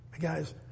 Guys